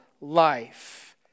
life